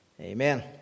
Amen